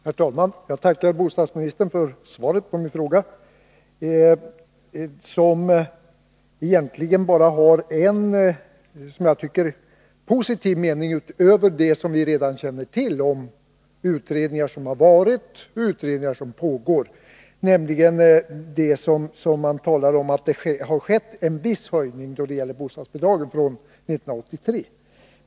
Herr talman! Jag tackar bostadsministern för svaret på min fråga. Svaret innehåller, som jag ser det, egentligen bara en mening som går utöver vad vi redan känner till om utredningar som har gjorts och utredningar som pågår, nämligen när det talas om att det från 1983 har skett en viss höjning av bostadsbidragen.